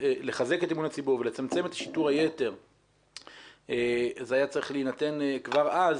לחזק את אמון הציבור ולצמצם את שיטור היתר זה היה צריך להינתן כבר אז